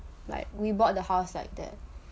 like we bought the house like that